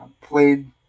played